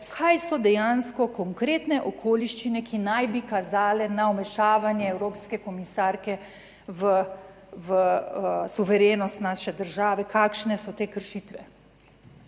kaj so dejansko konkretne okoliščine, ki naj bi kazale na vmešavanje evropske komisarke v suverenost naše države kakšne so te kršitve.